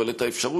אבל את האפשרות,